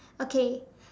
okay